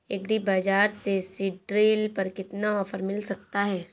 Agree Bazaar से seed drill पर कितना ऑफर मिल सकता है?